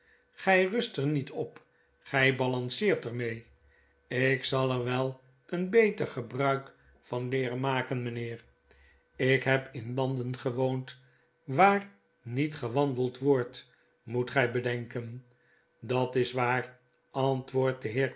gy rust er niet op gy balanceert er mee ik zal er wel een beter gebruik vanleeren maken mynheer ik heb in landen gewoond waar niet gewandeld wordt moet gy bedenken dat is waar antwoordt de